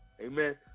Amen